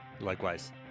Likewise